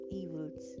evils